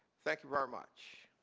thank you very much.